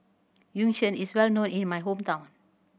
Yu Sheng is well known in my hometown